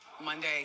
Monday